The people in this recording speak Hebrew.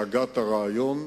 שהגה את הרעיון,